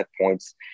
points